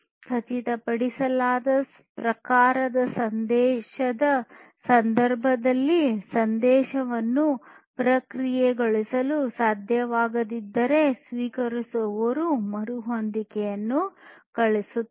ಖಚಿತಪಡಿಸಲಾಗದ ಪ್ರಕಾರದ ಸಂದೇಶದ ಸಂದರ್ಭದಲ್ಲಿ ಸಂದೇಶವನ್ನು ಪ್ರಕ್ರಿಯೆಗೊಳಿಸಲು ಸಾಧ್ಯವಾಗದಿದ್ದರೆ ಸ್ವೀಕರಿಸುವವರು ಮರುಹೊಂದಿಕೆಯನ್ನು ಕಳುಹಿಸುತ್ತಾರೆ